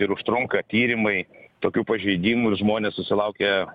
ir užtrunka tyrimai tokių pažeidimų ir žmonės susilaukia